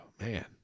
man